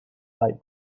light